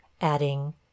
adding